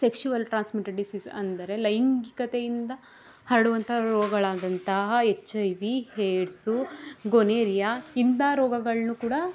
sexual transmitted disease ಅಂದರೆ ಲೈಂಗಿಕತೆಯಿಂದ ಹರಡುವಂತ ರೋಗಗಳಾದಂತಹ H I V AIDS gonorrhoea ಇಂತಹ ರೋಗಗಳನ್ನು ಕೂಡ